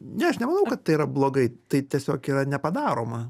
ne aš nemanau kad tai yra blogai tai tiesiog yra nepadaroma